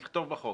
נכתוב בחוק